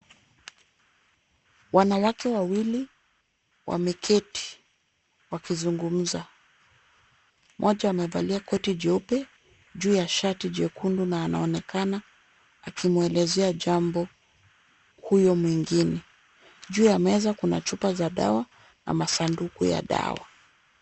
Wanawake wawili wameketi wakizungumza. Moja amevalia koti jeupe juu ya shati jekundu na anaonekana akimwelezea jambo huyu mwingine. Juu ya meza kuna chupa za dawa ama sanduku ya dawa.